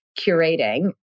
curating